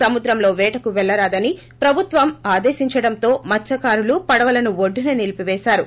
సముద్రం లో వేటకు వెళ్లరాదని ప్రభుత్వం ఆదేశించడంతో మత్స్వకారులు పడవలను ఒడ్డునే నిలిపివేశారు